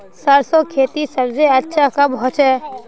सरसों खेती सबसे अच्छा कब होचे?